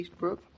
Eastbrook